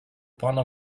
пана